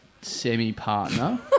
semi-partner